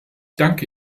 danke